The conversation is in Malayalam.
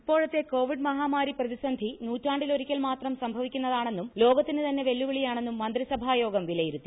ഇപ്പോഴത്തെ കോവിഡ് പ്രതിസന്ധി നൂറ്റാണ്ടിലൊരിക്കൽ മാത്രം മഹാമാരി സംഭവിക്കുന്നതാണെന്നും ലോകത്തിന് തന്നെ വെല്ലുവിളിയാണെന്നും മന്ത്രിസഭായോഗം വിലയിരുത്തി